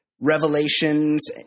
revelations